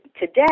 today